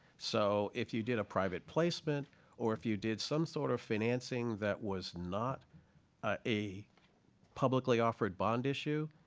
so if you did a private placement or if you did some sort of financing that was not ah a publicly-offered bond issue,